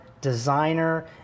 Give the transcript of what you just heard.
designer